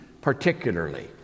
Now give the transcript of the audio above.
particularly